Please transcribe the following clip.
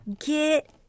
Get